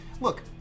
look